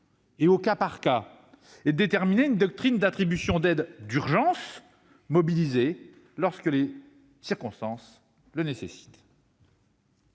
et au cas par cas et d'instaurer une doctrine d'attribution des aides d'urgence mobilisées lorsque les circonstances le nécessitent.